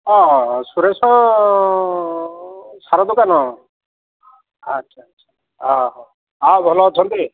ହଁ ସୁରେଶ ସାର ଦୋକାନ ଆଚ୍ଛା ଆଚ୍ଛା ଆ ହଉ ଆଉ ଭଲ ଅଛନ୍ତି